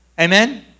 Amen